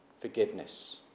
forgiveness